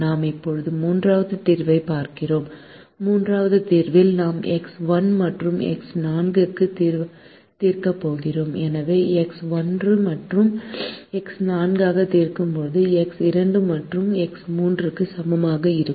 நாம் இப்போது மூன்றாவது தீர்வைப் பார்க்கிறோம் மூன்றாவது தீர்வில் நாம் எக்ஸ் 1 மற்றும் எக்ஸ் 4 க்குத் தீர்க்கப் போகிறோம் எனவே எக்ஸ் 1 மற்றும் எக்ஸ் 4 க்காக தீர்க்கும்போது எக்ஸ் 2 மற்றும் எக்ஸ் 3 0 க்கு சமமாக இருக்கும்